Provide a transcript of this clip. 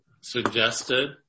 suggested